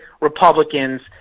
Republicans